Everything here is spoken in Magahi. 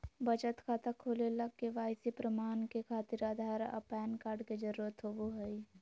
बचत खाता खोले ला के.वाइ.सी प्रमाण के खातिर आधार आ पैन कार्ड के जरुरत होबो हइ